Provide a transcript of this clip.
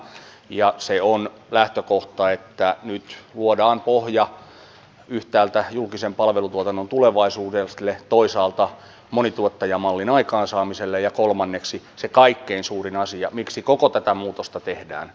ja se on lähtökohta että nyt luodaan pohja yhtäältä julkisen palvelutuotannon tulevaisuudelle toisaalta monituottajamallin aikaansaamiselle ja kolmanneksi on se kaikkein suurin asia miksi koko tätä muutosta tehdään